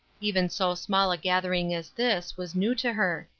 even so small a gathering as this, was new to her.